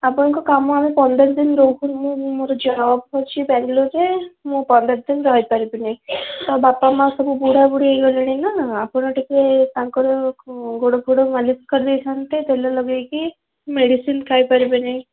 ଆପଣଙ୍କ କାମ ଆମେ ପନ୍ଦର ଦିନ ରହୁନୁ ମୋର ଜବ୍ ଅଛି ବାଙ୍ଗାଲୋରରେ ମୁଁ ପନ୍ଦର ଦିନ ରହି ପାରିବିନି ତ ବାପା ମାଆ ସବୁ ବୁଢ଼ା ବୁଢ଼ୀ ହେଇଗଲେଣି ନା ଆପଣ ଟିକେ ତାଙ୍କର ଗୋଡ଼ ଫୋଡ଼ ମାଲିସ୍ କରିଦେଇଥାନ୍ତେ ତେଲ ଲଗାଇକି ମେଡ଼ିସିନ୍ ଖାଇପାରିବେନି